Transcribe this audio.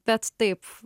bet taip